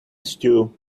stew